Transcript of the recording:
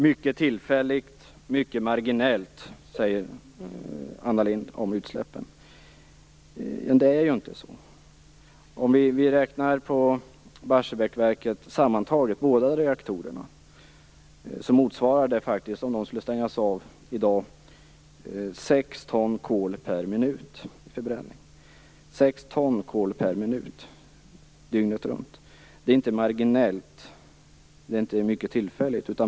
Mycket tillfälligt, mycket marginellt, säger Anna Lindh om utsläppen. Men det är ju inte så. Om vi räknar på Barsebäckverkets båda reaktorer sammantaget, motsvarar det sex ton kol per minut i förbränning om de skulle stängas av idag. Det är inte marginellt. Det är inte mycket tillfälligt.